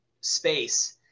space